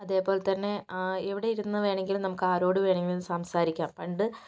അതേപോലെ തന്നെ എവിടെയിരുന്നു വേണമെങ്കിലും നമുക്ക് ആരോടും എന്തുവേണമെങ്കിലും സംസാരിക്കാം പണ്ട്